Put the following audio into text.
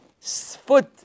foot